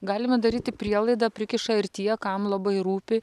galima daryti prielaidą prikiša ir tie kam labai rūpi